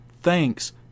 Thanks